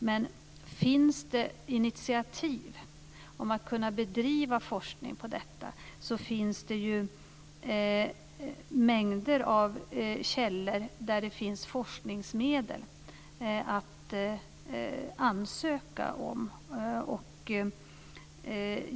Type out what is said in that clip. Men om det finns initiativ för att bedriva forskning om detta, finns det ju mängder av källor där det finns forskningsmedel att ansöka om.